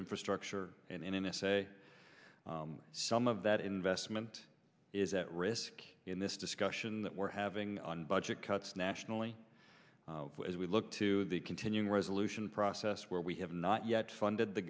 infrastructure and in n s a some of that investment is at risk in this discussion that we're having on budget cuts nationally as we look to the continuing resolution process where we have not yet funded the